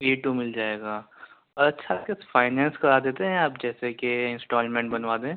E ٹو مِل جائےگا اور اچھا وِد فائننس کرا دیتے ہیں آپ جیسے کہ انسٹالمنٹ بنوا دیں